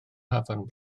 hafan